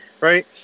right